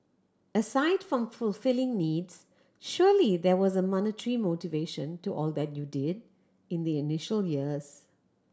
aside from fulfilling needs surely there was a monetary motivation to all that you did in the initial years